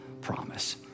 promise